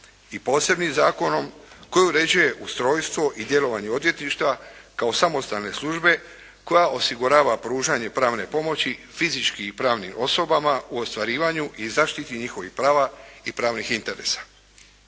i posebnim zakonom koji uređuje ustrojstvo i djelovanje odvjetništva kao samostalne službe koja osigurava pružanje pravne pomoći fizičkim i pravnim osobama u ostvarivanju i zaštiti njihovih prava i pravnih interesa.